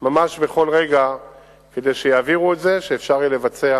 ממש בכל רגע כדי שיעבירו את זה, שאפשר יהיה לבצע